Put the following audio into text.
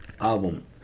album